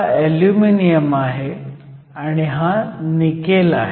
हा ऍल्युमिनियम आहे आणि हा निकेल आहे